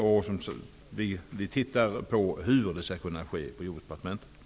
På Jordbruksdepartementet undersöker vi nu hur detta skall kunna ske.